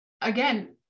Again